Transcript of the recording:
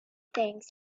things